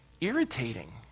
irritating